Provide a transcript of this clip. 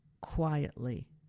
quietly